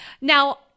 Now